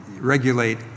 regulate